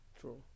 true